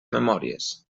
memòries